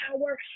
power